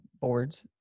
boards